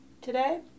today